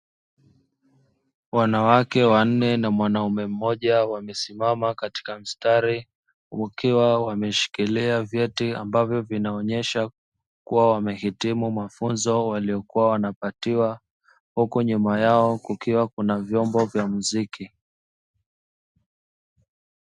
Wanawake wanne na mwanaume mmoja wamesimama katika mstari. Wakiwa wameshikilia vyeti ambavyo vinaonesha kuwa wamehitimu mafunzo waliyokuwa wanapatiwa. Huku nyuma yao kukiwa kuna vyombo vya mziki.